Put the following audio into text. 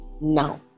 now